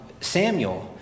Samuel